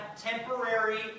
temporary